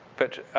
but